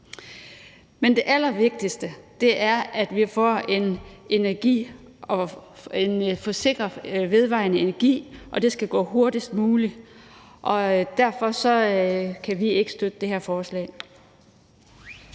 men det allervigtigste er, at vi får sikret en vedvarende energi, og det skal gå hurtigst muligt. Derfor kan vi ikke støtte det her forslag.